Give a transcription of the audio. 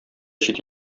чит